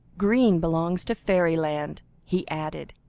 green belongs to fairyland, he added,